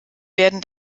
werden